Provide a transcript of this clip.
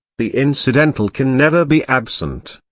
the incidental can never be absent.